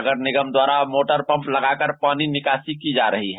नगर निगम द्वारा motor pump लगाकर पानी निकासी की जा रही है